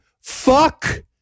fuck